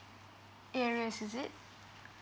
iris is it